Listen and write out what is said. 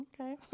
Okay